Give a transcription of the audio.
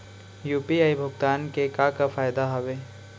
UPI भुगतान के का का फायदा हावे?